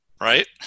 right